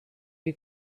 you